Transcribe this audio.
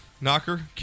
Knocker